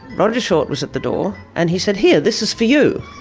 roger short was at the door, and he said, here, this is for you.